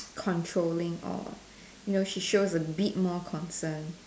controlling or you know she shows a bit more concern